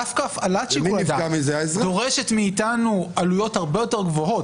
דווקא הפעלת שיקול הדעת דורשת מאתנו עלויות הרבה יותר גבוהות,